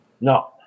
No